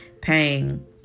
paying